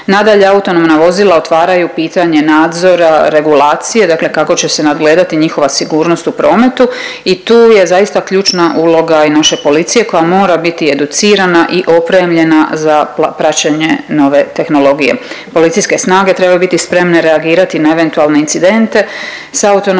Nadalje, autonomna vozila otvaraju pitanje nadzora regulacije dakle kako će se nadgledati njihova sigurnost u prometu i tu je zaista ključna uloga i naše policije koja mora biti educirana i opremljena za praćenje nove tehnologije. Policijske snage trebaju biti spremne reagirati na eventualne incidente s autonomnim